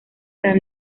tan